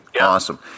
awesome